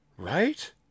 right